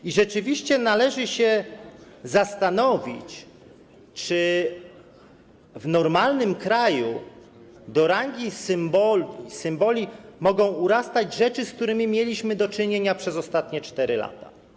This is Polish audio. I rzeczywiście należy zastanowić się, czy w normalnym kraju do rangi symboli mogą urastać rzeczy, z którymi mieliśmy do czynienia przez ostatnie 4 lata.